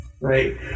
right